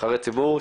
כנבחרי ציבור,